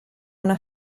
una